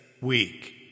week